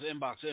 Inbox